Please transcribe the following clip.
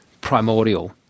primordial